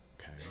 okay